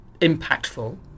impactful